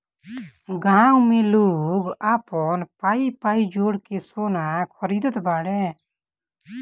गांव में लोग आपन पाई पाई जोड़ के सोना खरीदत बाने